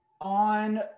on